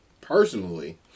personally